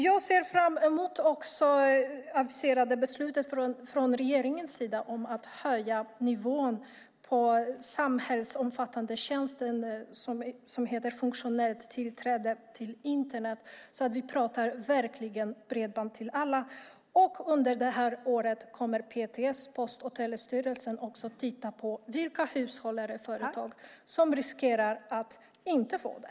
Jag ser fram emot det aviserade beslutet från regeringen att höja nivån på den samhällsomfattande tjänst som heter funktionellt tillträde till Internet. Då talar vi verkligen bredband till alla. Under året kommer dessutom Post och telestyrelsen, PTS, att titta på vilka hushåll och företag som riskerar att inte få det.